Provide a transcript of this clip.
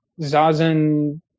zazen